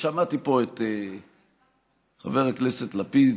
שמעתי פה את חבר הכנסת לפיד